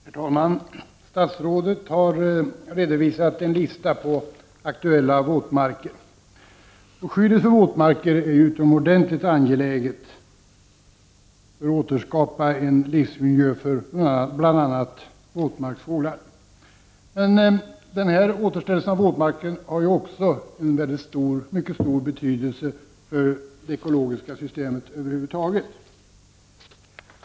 Herr talman! Statsrådet har redovisat en lista över aktuella våtmarker. Skyddet för våtmarker är utomordentligt angeläget för att återskapa en livsmiljö för bl.a. våtmarksfåglar. Men återställelsen av våtmarker har också mycket stor betydelse för det ekologiska systemet över huvud taget.